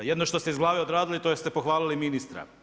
Jedino što ste iz glave odradili to je da ste pohvalili ministra.